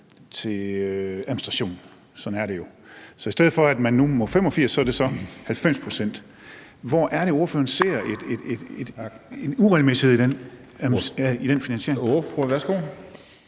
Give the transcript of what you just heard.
til administration. Sådan er det jo. Så i stedet for at det nu er 85 pct., er det så 90 pct. Hvor er det, ordføreren ser en uregelmæssighed i den finansiering?